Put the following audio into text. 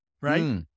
right